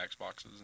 Xboxes